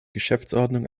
geschäftsordnung